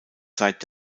seit